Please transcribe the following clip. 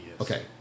Okay